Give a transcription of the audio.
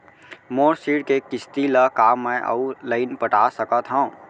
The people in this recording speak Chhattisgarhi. मोर ऋण के किसती ला का मैं अऊ लाइन पटा सकत हव?